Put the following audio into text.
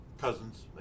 cousins